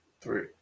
three